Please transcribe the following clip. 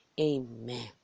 Amen